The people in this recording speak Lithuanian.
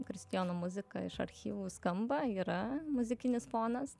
kristijono muzika iš archyvų skamba yra muzikinis fonas